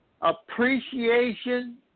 appreciation